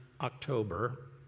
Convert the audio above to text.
October